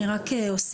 אני רק אוסיף,